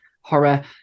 horror